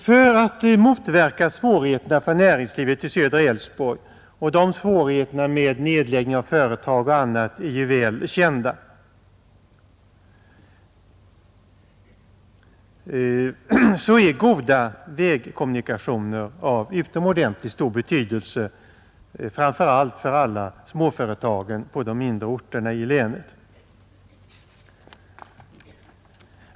För att motverka svårigheterna för näringslivet i södra Älvsborgs län — och de svårigheterna, som bl.a. består i nedläggning av företag, är ju väl kända — är goda vägkommunikationer av utomordentligt stor betydelse, framför allt för alla småföretag på mindre orter i länet.